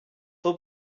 tôt